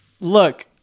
Look